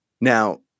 Now